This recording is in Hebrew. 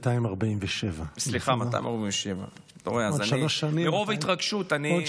247. מרוב התרגשות אני,